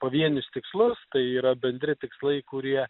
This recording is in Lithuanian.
pavienius tikslus tai yra bendri tikslai kurie